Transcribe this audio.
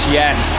yes